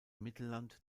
mittelland